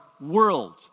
world